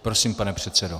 Prosím, pane předsedo.